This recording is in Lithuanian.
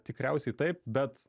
tikriausiai taip bet